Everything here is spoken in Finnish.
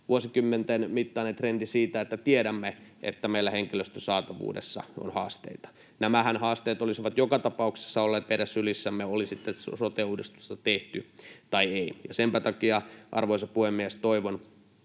Vuosikymmenten mittainen trendi siitä, että tiedämme, että meillä henkilöstön saatavuudessa on haasteita — nämä haasteethan olisivat joka tapauksessa olleet meidän sylissämme, oli sitten sote-uudistusta tehty tai ei. Senpä takia, arvoisa puhemies, toivon,